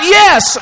yes